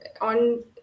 on